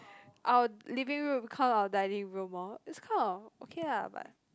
our living room count our dining room orh it's kind of okay lah but